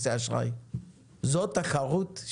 זאת תחרות?